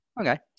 Okay